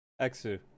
exu